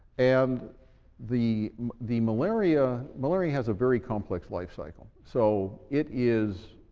and the the malaria malaria has a very complex lifecycle. so it is